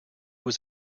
was